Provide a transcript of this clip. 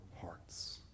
hearts